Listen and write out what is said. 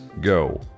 go